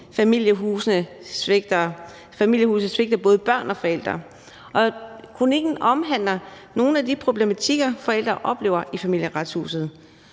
»Familiehusene svigter både børn og forældre«. Kronikken omhandler nogle af de problematikker, forældre oplever i Familieretshuset.